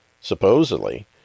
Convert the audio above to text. supposedly